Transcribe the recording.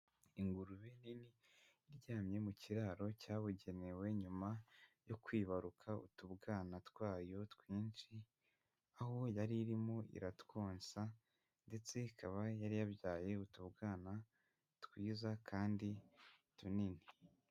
Ingurube nini iryamye mu kiraro cyabugenewe nyuma yo kwibaruka utubwana twayo twinshi aho yari irimo iratwonsa ndetse ikaba yari yabyaye utubwana twiza kandi tunini.